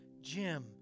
Jim